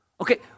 okay